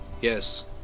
Yes